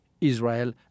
Israel